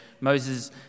Moses